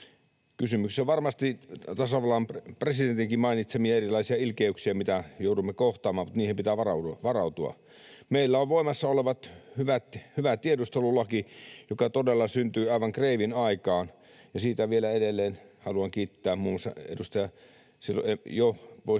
Kysymys on varmasti tasavallan presidentinkin mainitsemista erilaisista ilkeyksistä, mitä joudumme kohtaamaan, mutta niihin pitää varautua. Meillä on voimassa oleva hyvä tiedustelulaki, joka todella syntyi aivan kreivin aikaan. Siitä vielä edelleen haluan kiittää muun muassa